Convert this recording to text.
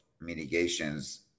mitigations